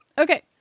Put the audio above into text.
Okay